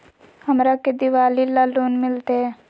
हमरा के दिवाली ला लोन मिलते?